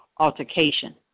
Altercation